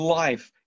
life